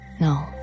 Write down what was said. No